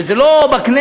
וזה לא בכנסת,